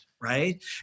right